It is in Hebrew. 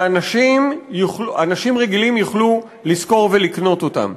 שאנשים רגילים יוכלו לשכור ולקנות אותן.